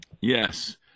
Yes